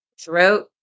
throat